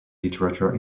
literature